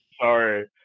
Sorry